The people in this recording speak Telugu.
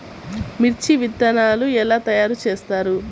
మిర్చి విత్తనాలు ఎలా తయారు చేస్తారు?